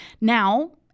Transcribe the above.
Now